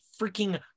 freaking